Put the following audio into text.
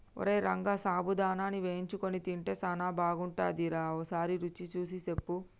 ఓరై రంగ సాబుదానాని వేయించుకొని తింటే సానా బాగుంటుందిరా ఓసారి రుచి సూసి సెప్పు